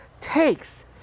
takes